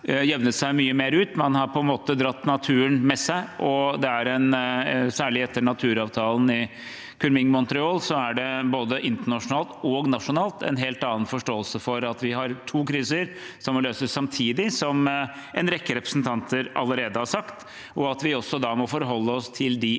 Man har på en måte dratt naturen med seg, og det er, særlig etter naturavtalen i Kunming–Montreal, både internasjonalt og nasjonalt en helt annen forståelse for at vi har to kriser som må løses samtidig, som en rekke representanter allerede har sagt, og at vi også må forholde oss til de